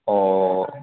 অঁ